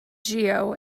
geo